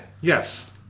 Yes